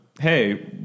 hey